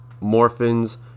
Morphins